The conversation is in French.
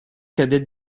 cadet